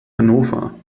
hannover